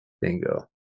Bingo